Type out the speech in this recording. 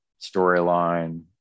Storyline